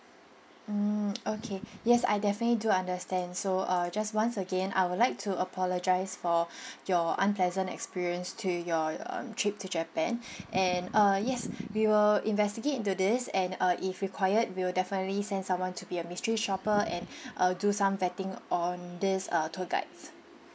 mm okay yes I definitely do understand so uh just once again I would like to apologise for your unpleasant experience to your um trip to japan and uh yes we will investigate into this and err if required we will definitely send someone to be a mystery shopper and uh do some vetting on this uh tour guides